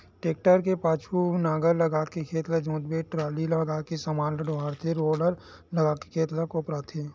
tractor के पाछू म नांगर लगाके खेत ल जोतथे, टराली लगाके समान ल डोहारथे रोलर लगाके खेत ल कोपराथे